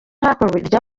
hakurya